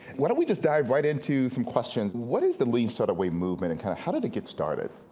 why don't we just dive right into some questions. and what is the lean startup way movement and kind of how did it get started?